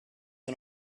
che